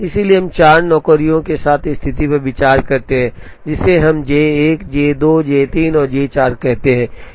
इसलिए हम 4 नौकरियों के साथ स्थिति पर विचार करते हैं जिसे हम J 1 J 2 J 3 और J 4 कहते हैं